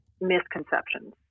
misconceptions